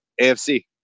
AFC